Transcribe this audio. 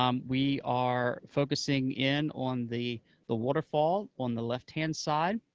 um we are focusing in on the the waterfall on the left-hand side,